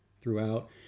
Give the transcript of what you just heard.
throughout